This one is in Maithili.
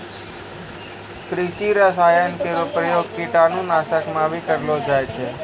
कृषि रसायन केरो प्रयोग कीटाणु नाशक म भी करलो जाय छै